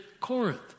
Corinth